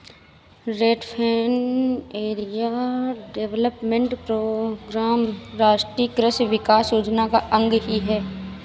rainfed area development programme राष्ट्रीय कृषि विकास योजना का अंग ही है